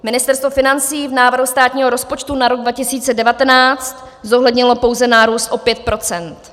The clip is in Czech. Ministerstvo financí v návrhu státního rozpočtu na rok 2019 zohlednilo pouze nárůst o 5 %.